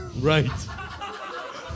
Right